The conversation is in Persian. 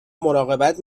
مراقبت